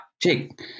Jake